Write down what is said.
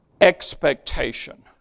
expectation